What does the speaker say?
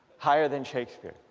higher than shakespeare.